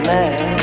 Man